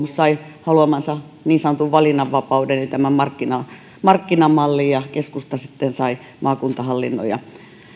sai haluamansa niin sanotun valinnanvapauden eli tämän markkinamallin ja keskusta sai maakuntahallinnon